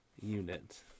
unit